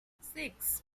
six